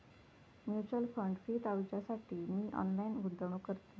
mutual fund fee टाळूच्यासाठी मी online गुंतवणूक करतय